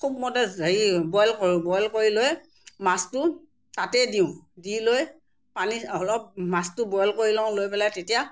খুব মতে হেৰি বইল কৰোঁ বইল কৰি লৈ মাছটো তাতে দিওঁ দি লৈ পানী অলপ মাছটো বইল কৰি লওঁ লৈ পেলাই তেতিয়া